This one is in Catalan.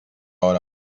hora